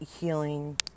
healing